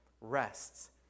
rests